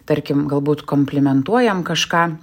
tarkim galbūt komplimentuojam kažką